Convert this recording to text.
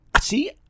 See